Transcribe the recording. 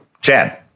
Chad